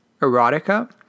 erotica